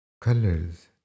colors